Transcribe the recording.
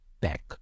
back